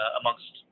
amongst